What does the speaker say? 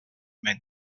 men